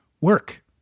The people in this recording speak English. work